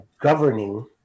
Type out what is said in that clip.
governing